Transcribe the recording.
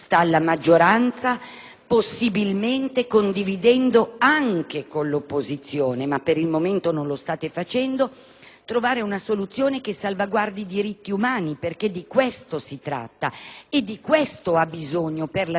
possibilmente d'accordo anche con l'opposizione (anche se per il momento non lo sta facendo), trovare una soluzione che salvaguardi i diritti umani, perché di questo si tratta e di questo si ha bisogno per la sicurezza del Paese.